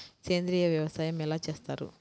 సేంద్రీయ వ్యవసాయం ఎలా చేస్తారు?